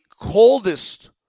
coldest